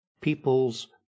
people's